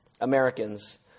Americans